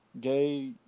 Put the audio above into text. gay